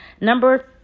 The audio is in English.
Number